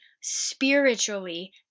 Spiritually